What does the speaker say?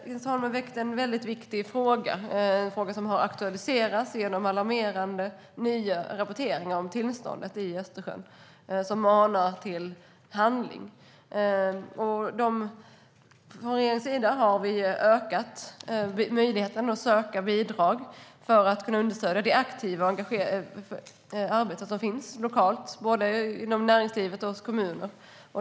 Herr talman! Jens Holm väckte en väldigt viktig fråga, en fråga som har aktualiserats genom nya alarmerande rapporter om tillståndet i Östersjön, som manar till handling. Från regeringens sida har vi ökat möjligheten att söka bidrag för att understödja det aktiva engagemang som finns lokalt, både inom näringslivet och hos kommuner.